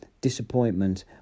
disappointment